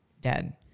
dead